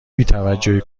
بیتوجهی